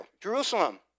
Jerusalem